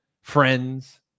Friends